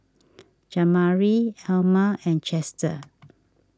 Jamari Elma and Chester